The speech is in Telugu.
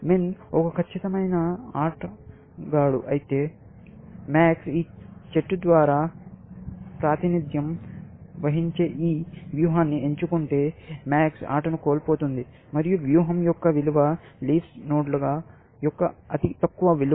MIN ఒక ఖచ్చితమైన ఆటగాడు అయితే MAX ఈ చెట్టు ద్వారా ప్రాతినిధ్యం వహించే ఈ వ్యూహాన్ని ఎంచుకుంటే MAX ఆటను కోల్పోతుంది మరియు వ్యూహం యొక్క విలువ లీఫ్ నోడ్ల యొక్క అతి తక్కువ విలువ